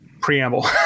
preamble